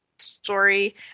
story